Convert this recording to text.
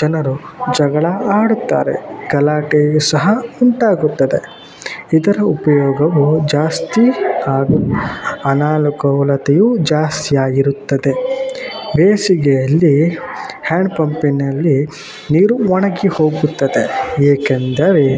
ಜನರು ಜಗಳ ಆಡುತ್ತಾರೆ ಗಲಾಟೆಯು ಸಹ ಉಂಟಾಗುತ್ತದೆ ಇದರ ಉಪಯೋಗವು ಜಾಸ್ತಿ ಹಾಗು ಅನಾನುಕೂಲತೆಯು ಜಾಸ್ತಿ ಆಗಿರುತ್ತದೆ ಬೇಸಿಗೆಯಲ್ಲಿ ಹ್ಯಾಂಡ್ ಪಂಪಿನಲ್ಲಿ ನೀರು ಒಣಗಿ ಹೋಗುತ್ತದೆ ಏಕೆಂದರೆ